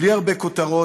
בלי הרבה כותרות,